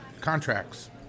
contracts